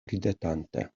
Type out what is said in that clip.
ridetante